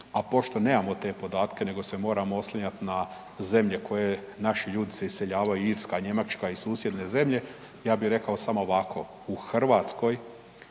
a pošto nemamo te podatke nego se moramo oslanjati na zemlje u koje se naši ljudi iseljavaju Irska, Njemačka i susjedne zemlje, ja bih rekao samo ovako, u Hrvatskoj